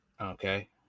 Okay